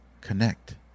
connect